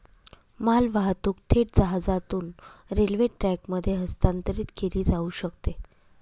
मालवाहतूक थेट जहाजातून रेल्वे ट्रकमध्ये हस्तांतरित केली जाऊ शकते